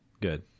Good